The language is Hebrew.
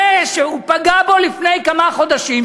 זה שהוא פגע בו לפני כמה חודשים,